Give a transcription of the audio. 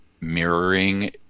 mirroring